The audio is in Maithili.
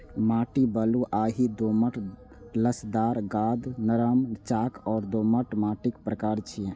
माटि बलुआही, दोमट, लसदार, गाद, नरम, चाक आ दोमट माटिक प्रकार छियै